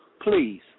Please